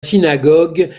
synagogue